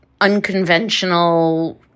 unconventional